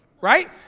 right